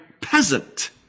peasant